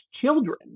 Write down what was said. children